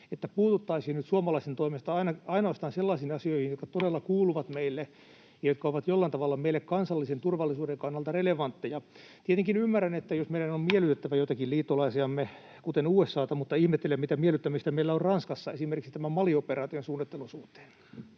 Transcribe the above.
puututtaisiin nyt suomalaisten toimesta ainoastaan sellaisiin asioihin, jotka todella kuuluvat meille ja jotka ovat jollain tavalla meille kansallisen turvallisuuden kannalta relevantteja. Tietenkin ymmärrän, jos meidän on miellytettävä joitakin liittolaisiamme, kuten USA:ta, mutta ihmettelen, mitä miellyttämistä meillä on Ranskassa esimerkiksi tämän Malin operaation suunnittelun suhteen.